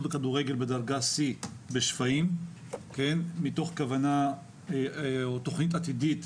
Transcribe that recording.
לכדורגל בדרגה C בשפיים מתוך תוכנית עתידית